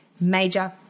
major